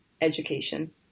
education